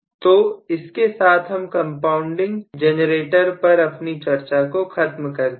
तो इसके साथ हम कंपाउंड जनरेटर पर अपनी चर्चा को खत्म करते हैं